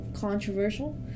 controversial